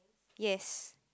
yes